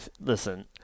Listen